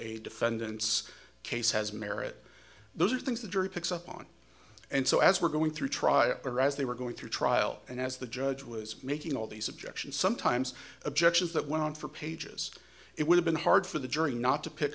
a defendant's case has merit those are things the jury picks up on and so as we're going through trial or as they were going through trial and as the judge was making all these objections sometimes objections that went on for pages it would have been hard for the jury not to pick